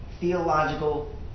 theological